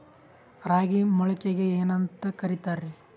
ರಾಗಿ ಮೊಳಕೆಗೆ ಏನ್ಯಾಂತ ಕರಿತಾರ?